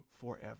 forever